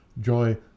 Joy